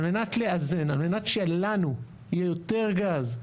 על מנת לאזן, על מנת שלנו יהיה יותר גז,